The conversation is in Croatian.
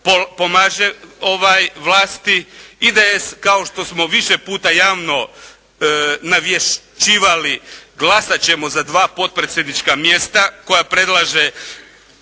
pomaže vlasti. IDS kao što smo više puta javno navješćivali, glasat ćemo za dva potpredsjednička mjesta koja predlaže